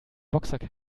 boxsack